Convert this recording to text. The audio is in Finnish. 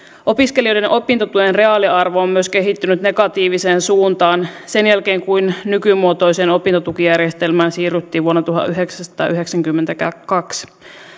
opiskelijoiden opintotuen reaaliarvo on myös kehittynyt negatiiviseen suuntaan sen jälkeen kun nykymuotoiseen opintotukijärjestelmään siirryttiin vuonna tuhatyhdeksänsataayhdeksänkymmentäkaksi